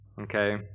Okay